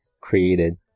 created